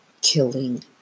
killing